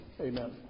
Amen